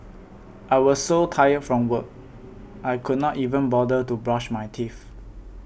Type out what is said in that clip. I was so tired from work I could not even bother to brush my teeth